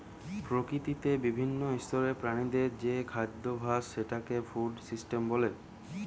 প্রকৃতিতে বিভিন্ন স্তরের প্রাণীদের যে খাদ্যাভাস সেটাকে ফুড সিস্টেম বলে